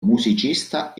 musicista